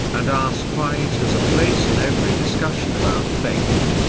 and ask why it has a place in every discussion about faith.